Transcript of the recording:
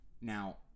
now